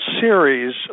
series